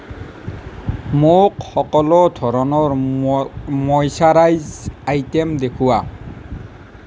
মোক সকলো ধৰণৰ ম মইচ্চৰাইজ আইটে'ম দেখুওৱা